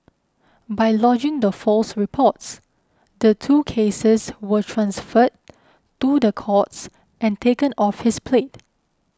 by lodging the false reports the two cases were transferred to the courts and taken off his plate